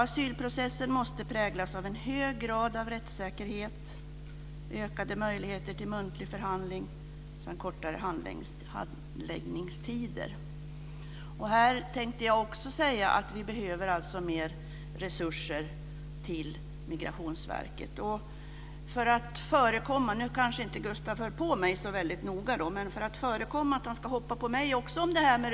Asylprocessen måste präglas av en hög grad av rättssäkerhet, ökade möjligheter till muntlig förhandling samt kortare handläggningstider. Jag vill även här säga att det behövs mer resurser till Migrationsverket. Gustaf von Essen hör kanske inte på mig så noga just nu, men jag vill motverka att han hoppar på också mig för det som gäller resurserna.